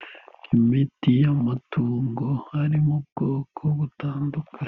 Imiti y'amatungo harimo ubwoko butandukanye.